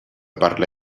parla